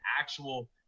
actual